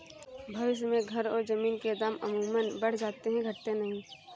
भविष्य में घर और जमीन के दाम अमूमन बढ़ जाते हैं घटते नहीं